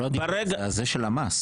זה לא דיווח, זה של המס.